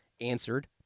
answered